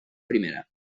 primera